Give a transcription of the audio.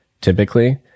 typically